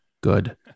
good